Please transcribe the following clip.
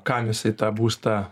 kam jisai tą būstą